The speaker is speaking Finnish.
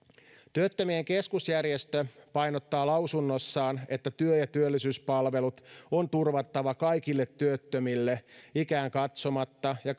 työttömien keskusjärjestö painottaa lausunnossaan että työ ja työllisyyspalvelut on turvattava kaikille työttömille ikään katsomatta ja